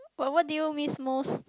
what what do you miss most